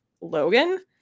Logan